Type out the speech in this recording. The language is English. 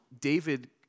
David